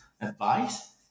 advice